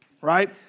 right